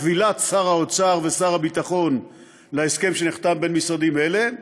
כבילת שר האוצר ושר הביטחון להסכם שנחתם בין משרדים אלה,